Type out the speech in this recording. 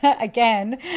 again